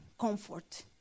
comfort